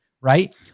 right